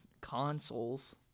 consoles